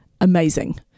amazing